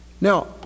Now